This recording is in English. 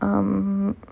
um